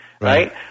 right